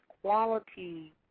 quality